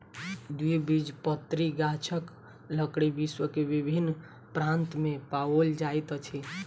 द्विबीजपत्री गाछक लकड़ी विश्व के विभिन्न प्रान्त में पाओल जाइत अछि